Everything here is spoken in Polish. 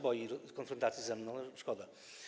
Boi się konfrontacji ze mną, szkoda.